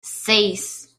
seis